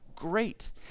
great